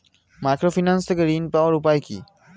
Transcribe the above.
Microfinance থেকে ঋণ পাওয়ার উপায় কি?